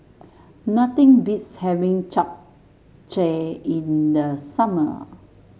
nothing beats having Japchae in the summer